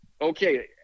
okay